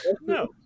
No